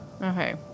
Okay